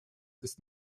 ist